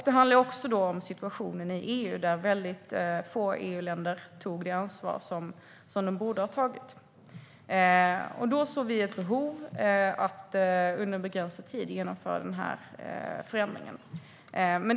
Det handlade också om situationen i EU, där väldigt få EU-länder tog det ansvar som de borde ha tagit. Därför såg vi ett behov av att under en begränsad tid genomföra den här förändringen.